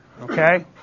okay